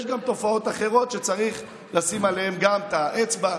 יש גם תופעות אחרות שצריך לשים עליהן את האצבע.